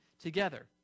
together